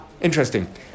interesting